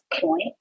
point